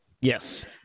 Yes